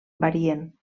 varien